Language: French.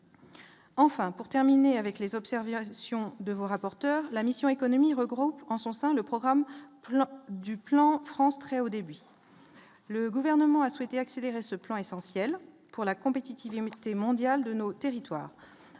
Enfin, pour terminer avec les observer de rapporteur de la mission économie regroupe en son sein le programme du plan France très haut débit, le gouvernement a souhaité accélérer ce plan essentiel pour la compétitivité mondiale de nos territoires